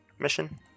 mission